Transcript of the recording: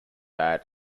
bad